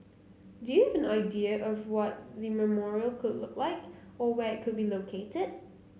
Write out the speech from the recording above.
do you have an idea of what the memorial could look like or where it could be located